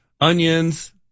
onions